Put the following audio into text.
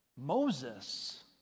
Moses